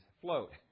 float